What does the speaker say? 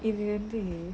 if you wanna thingy